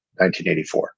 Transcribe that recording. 1984